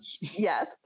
Yes